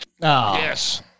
yes